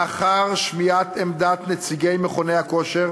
לאחר שמיעת עמדת נציגי מכוני הכושר,